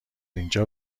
اینجا